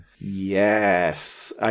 yes